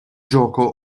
gioco